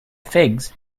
figs